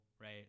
right